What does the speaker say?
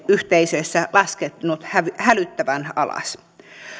yhteisöissä laskenut hälyttävän alas